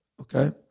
okay